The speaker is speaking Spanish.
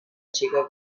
chica